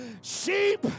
sheep